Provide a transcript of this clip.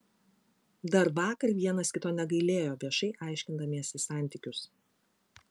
dar vakar vienas kito negailėjo viešai aiškindamiesi santykius